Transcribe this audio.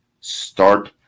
start